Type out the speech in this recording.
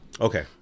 Okay